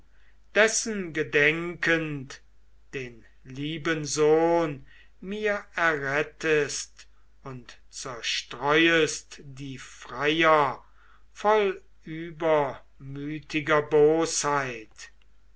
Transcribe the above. dessen gedenkend den lieben sohn mir errettest und zerstreuest die freier voll übermütiger